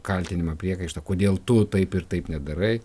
kaltinimą priekaištą kodėl tu taip ir taip nedarai